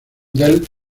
del